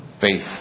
Faith